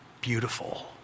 beautiful